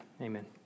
amen